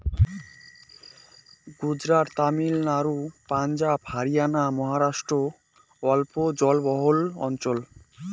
গুজরাট, তামিলনাড়ু, পাঞ্জাব, হরিয়ানা ও মহারাষ্ট্র অল্প জলবহুল অঞ্চল